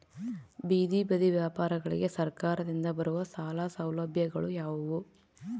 ಬೇದಿ ಬದಿ ವ್ಯಾಪಾರಗಳಿಗೆ ಸರಕಾರದಿಂದ ಬರುವ ಸಾಲ ಸೌಲಭ್ಯಗಳು ಯಾವುವು?